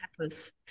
peppers